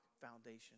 foundation